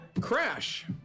crash